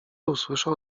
usłyszał